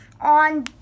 on